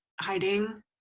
hiding